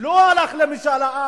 לא הלך למשאל עם